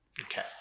Okay